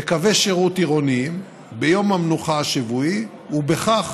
בקווי שירות עירוניים, ביום המנוחה השבועי, ובכך